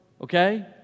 okay